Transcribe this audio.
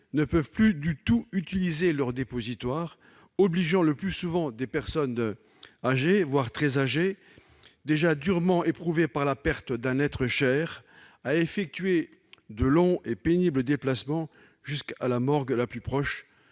ne peuvent plus du tout utiliser leurs dépositoires, obligeant le plus souvent des personnes âgées, voire très âgées, et déjà durement éprouvées par la perte d'un être cher, à effectuer de longs et pénibles déplacements jusqu'à la morgue la plus proche,